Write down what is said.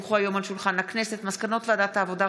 כי הונחו היום על שולחן הכנסת מסקנות ועדת העבודה,